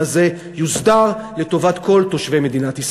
הזה יוסדר לטובת כל תושבי מדינת ישראל.